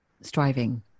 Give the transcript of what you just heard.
striving